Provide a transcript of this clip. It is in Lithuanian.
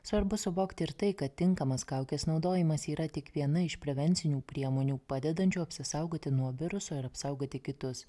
svarbu suvokti ir tai kad tinkamas kaukės naudojimas yra tik viena iš prevencinių priemonių padedančių apsisaugoti nuo viruso ir apsaugoti kitus